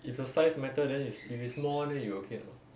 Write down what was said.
if the size matter then is if is small [one] then you okay or not